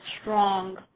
strong